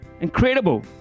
incredible